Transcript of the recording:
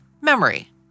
memory